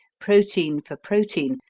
protein for protein,